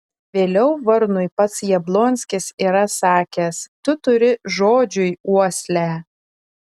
vėliau varnui pats jablonskis yra sakęs tu turi žodžiui uoslę